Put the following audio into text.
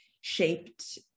shaped